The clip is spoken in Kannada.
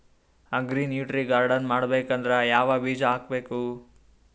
ಅಗ್ರಿ ನ್ಯೂಟ್ರಿ ಗಾರ್ಡನ್ ಮಾಡಬೇಕಂದ್ರ ಯಾವ ಬೀಜ ಹಾಕಬೇಕು?